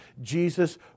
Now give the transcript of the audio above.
Jesus